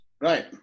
Right